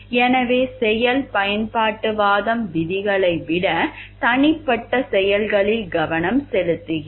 எனவே செயல் பயன்பாட்டுவாதம் விதிகளை விட தனிப்பட்ட செயல்களில் கவனம் செலுத்துகிறது